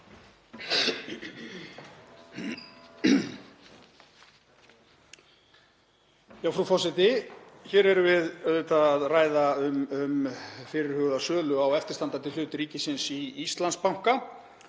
Frú forseti. Hér erum við að ræða um fyrirhugaða sölu á eftirstandandi hlut ríkisins í Íslandsbanka.